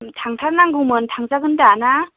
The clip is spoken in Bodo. थांथारनांगौमोन थांजागोन दा ना